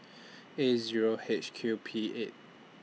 A Zero H Q P eight